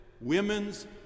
Women's